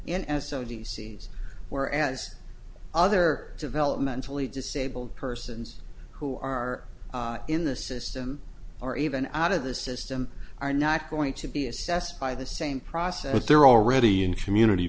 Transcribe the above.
and as so d c s where as other developmentally disabled persons who are in the system or even out of the system are not going to be assessed by the same process that they're already in community